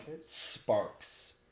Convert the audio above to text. sparks